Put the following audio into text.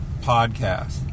podcast